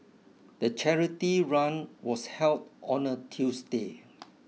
the charity run was held on a Tuesday